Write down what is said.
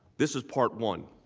this is part one